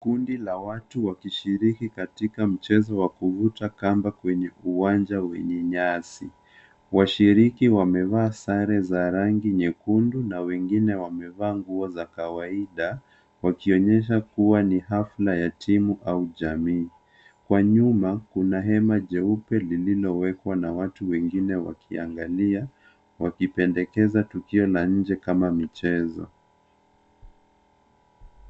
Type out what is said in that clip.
Kundi la watu wakishiriki katika mchezo wa kuvuta kamba kwenye uwanja wenye nyasi. Washiriki wamevaa sare za rangi nyekundu na wengine wamevaa nguo za kawaida, wakionyesha kuwa ni hafla ya timu au jamii. Kwa nyuma kuna hema jeupe lililowekwa na watu wengine wakiangalia, wakipendekeza tukio na nje kama mchezo.